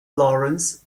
lawrence